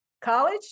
college